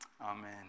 Amen